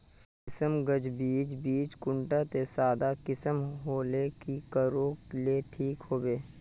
किसम गाज बीज बीज कुंडा त सादा किसम होले की कोर ले ठीक होबा?